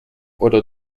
oder